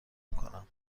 کنم